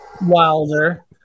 Wilder